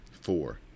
Four